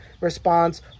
response